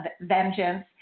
vengeance